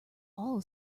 all